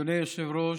אדוני היושב-ראש,